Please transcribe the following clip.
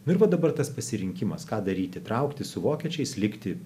na ir va dabar tas pasirinkimas ką daryti trauktis su vokiečiais likti